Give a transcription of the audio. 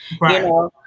right